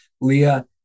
Leah